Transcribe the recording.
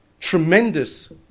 tremendous